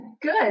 good